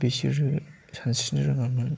बिसोरो सानस्रिनो रोङामोन